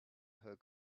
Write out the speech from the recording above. her